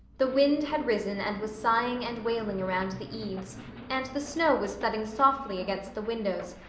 the wind had risen and was sighing and wailing around the eaves and the snow was thudding softly against the windows,